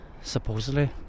supposedly